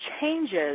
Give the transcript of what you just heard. changes